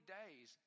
days